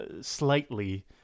slightly